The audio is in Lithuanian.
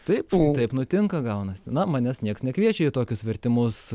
taip taip nutinka gaunasi na manęs nieks nekviečia į tokius vertimus